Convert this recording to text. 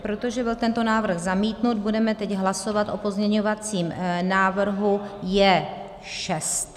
Protože byl tento návrh zamítnut, budeme teď hlasovat o pozměňovacím návrhu J6.